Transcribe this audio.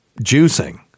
juicing